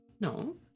no